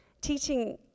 teaching